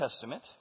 Testament